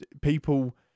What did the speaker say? people